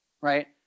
right